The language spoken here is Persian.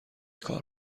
کار